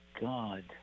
God